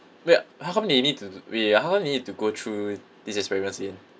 ya how come they need to wait wait how come they need to go through these experiments again